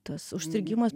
tas užstrigimas